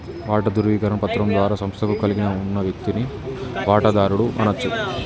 వాటా ధృవీకరణ పత్రం ద్వారా సంస్థను కలిగి ఉన్న వ్యక్తిని వాటాదారుడు అనచ్చు